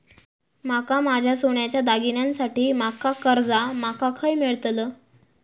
माका माझ्या सोन्याच्या दागिन्यांसाठी माका कर्जा माका खय मेळतल?